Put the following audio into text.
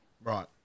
Right